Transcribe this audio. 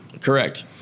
Correct